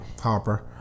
Harper